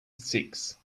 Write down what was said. six